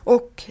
Och